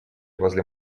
возле